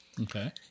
Okay